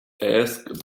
asked